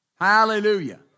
Hallelujah